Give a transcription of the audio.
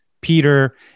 Peter